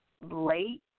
late